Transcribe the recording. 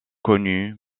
connu